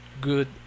Good